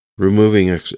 removing